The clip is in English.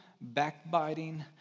backbiting